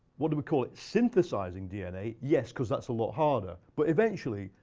what do we call it? synthesizing dna, yes, because that's a lot harder. but eventually,